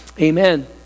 amen